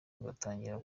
ugatangira